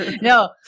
No